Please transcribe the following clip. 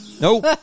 Nope